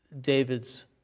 David's